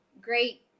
great